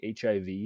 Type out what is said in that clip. HIV